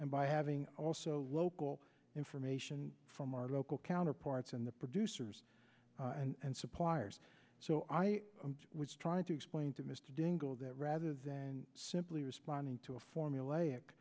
and by having also local and from ration from our local counterparts and the producers and suppliers so i was trying to explain to mr dingell that rather than simply responding to a formulaic